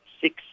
Six